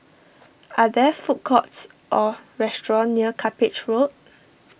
are there food courts or restaurants near Cuppage Road